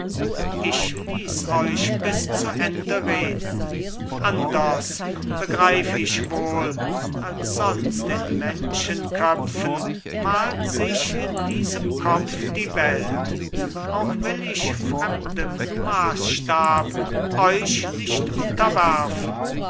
ich ließ euch bis zu ende reden anders begreif ich wohl als sonst in menschenköpfen malt sich in diesem kopf die welt auch will ich fremdem maßstab euch nicht unterwerfen